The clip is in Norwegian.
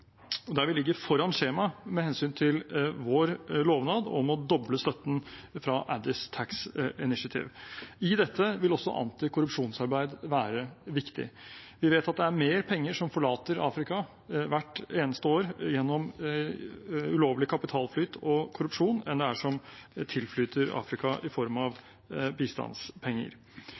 utvikling-programmet, der vi ligger foran skjemaet med hensyn til vår lovnad om å doble støtten fra Addis Tax Initiative. I dette vil også antikorrupsjonsarbeid være viktig. Vi vet at det er mer penger som forlater Afrika hvert eneste år gjennom ulovlig kapitalflyt og korrupsjon enn det er som tilflyter Afrika i form av bistandspenger.